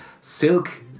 Silk